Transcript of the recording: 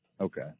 Okay